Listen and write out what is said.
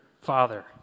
Father